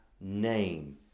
name